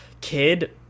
kid